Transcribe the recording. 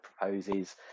proposes